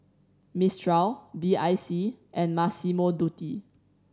Mistral B I C and Massimo Dutti